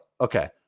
okay